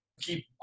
keep